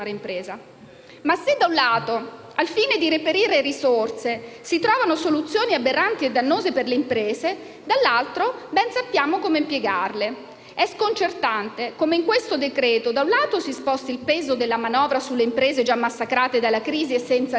Ma se, da un lato, al fine di reperire risorse, si trovano soluzioni aberranti e dannose per le imprese, dall'altro ben sappiamo come impiegarle; è sconcertante come in questo decreto-legge, da un lato, si sposti il peso della manovra sulle imprese già massacrate dalla crisi e senza liquidità